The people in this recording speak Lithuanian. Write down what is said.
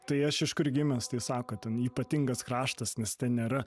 tai aš iš kur gimęs tai sako ten ypatingas kraštas nes ten nėra